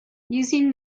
using